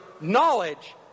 knowledge